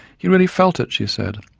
he really felt it she said.